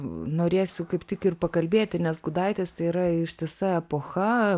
norėsiu kaip tik ir pakalbėti nes gudaitis tai yra ištisa epocha